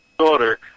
order